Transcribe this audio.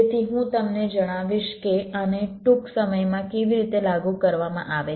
તેથી હું તમને જણાવીશ કે આને ટૂંક સમયમાં કેવી રીતે લાગુ કરવામાં આવે છે